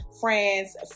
friends